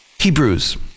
Hebrews